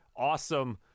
awesome